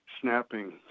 snapping